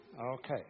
Okay